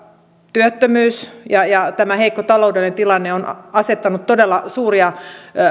työttömyys ja ja tämä heikko taloudellinen tilanne on asettanut todella suuria